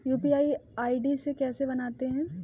UPI ID कैसे बनाते हैं?